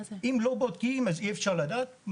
אם לא בודקים, אי אפשר לדעת.